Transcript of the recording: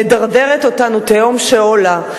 שמדרדרת אותנו תהום שאולה.